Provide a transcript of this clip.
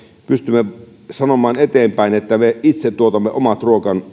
pystymme sanomaan eteenpäin että me itse tuotamme omat